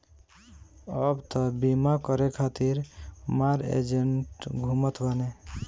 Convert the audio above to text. अब तअ बीमा करे खातिर मार एजेन्ट घूमत बाने